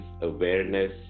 awareness